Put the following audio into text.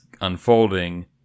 unfolding